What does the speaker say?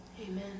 Amen